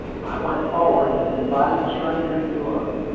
i went forward and invited the strangers below.